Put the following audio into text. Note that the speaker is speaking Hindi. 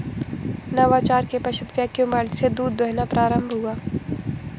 नवाचार के पश्चात वैक्यूम बाल्टी से दूध दुहना प्रारंभ हुआ